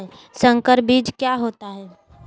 संकर बीज क्या होता है?